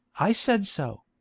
i said so.